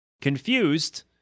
confused